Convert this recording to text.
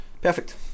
perfect